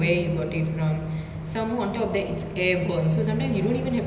for it to be you know like it can just transmit in the air that's why I think like